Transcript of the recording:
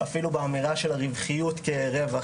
אפילו באמירה של הרווחיות כרווח,